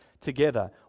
together